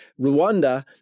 Rwanda